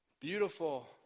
beautiful